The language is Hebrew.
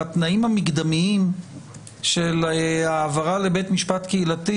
בתנאים המקדמיים של העברה לבית משפט קהילתי,